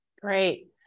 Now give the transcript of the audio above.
Great